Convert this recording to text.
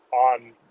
on